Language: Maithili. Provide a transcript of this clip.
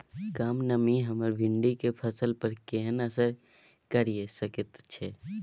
कम नमी हमर भिंडी के फसल पर केहन असर करिये सकेत छै?